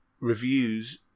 reviews